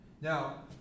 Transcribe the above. Now